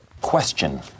Question